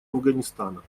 афганистана